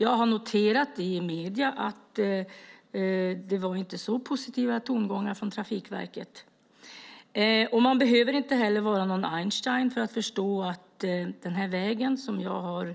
Jag har noterat i medierna att det inte var så positiva tongångar från Trafikverket. Man behöver inte heller vara någon Einstein för att förstå att vägen, som jag har